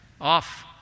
off